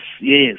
yes